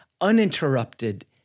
uninterrupted